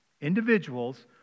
individuals